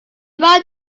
right